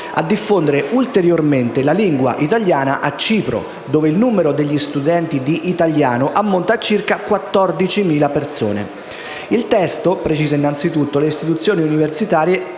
a diffondere ulteriormente la lingua italiana a Cipro, dove il numero degli studenti di italiano ammonta a circa 14.000 persone. Il testo precisa innanzitutto le istituzioni universitarie